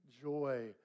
joy